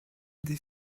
des